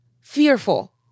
Fearful